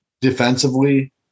defensively